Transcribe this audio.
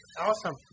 Awesome